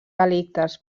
delictes